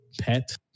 pet